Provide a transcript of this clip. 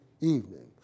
evening